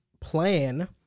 plan